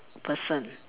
person